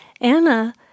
Anna